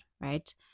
right